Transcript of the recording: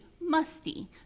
musty